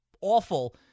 awful